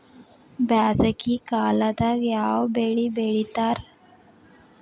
ಬ್ಯಾಸಗಿ ಕಾಲದಾಗ ಯಾವ ಬೆಳಿ ಬೆಳಿತಾರ?